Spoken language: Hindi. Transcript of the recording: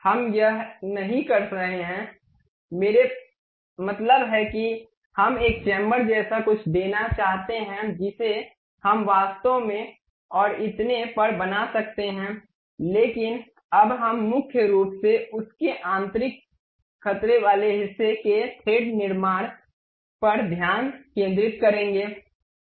हम यह नहीं कर रहे हैं मेरा मतलब है कि हम एक चैंबर जैसा कुछ देना चाहते हैं जिसे हम वास्तव में और इतने पर बना सकते हैं लेकिन अब हम मुख्य रूप से उस के आंतरिक खतरे वाले हिस्से के थ्रेड निर्माण पर ध्यान केंद्रित करेंगे